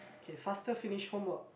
okay faster finish homework